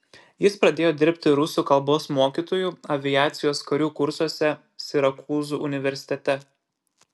jis pradėjo dirbti rusų kalbos mokytoju aviacijos karių kursuose sirakūzų universitete